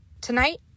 Tonight